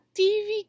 tv